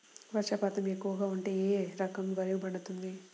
వర్షపాతం ఎక్కువగా ఉంటే ఏ రకం వరి పండుతుంది?